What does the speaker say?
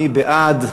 מי בעד?